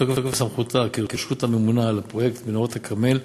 מתוקף סמכותה כרשות הממונה על פרויקט מנהרות הכרמל,